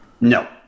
No